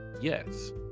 yes